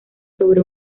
sobre